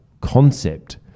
concept